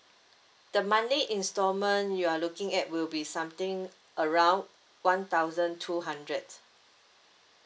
the monthly instalment you are looking at will be something around one thousand two hundred